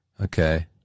Okay